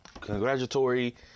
congratulatory